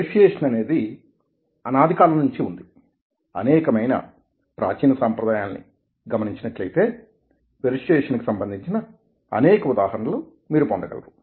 persuasion అనేది అనాదికాలంనుంచీ వుంది అనేకమైన ప్రాచీన సాంప్రదాయాలని గమనించినట్లయితే పెర్సుయేసన్కి సంబంధించిన అనేక ఉదాహరణలు మీరు పొందగలరు